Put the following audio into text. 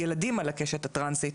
ילדים על הקשת הטרנסית,